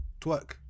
Twerk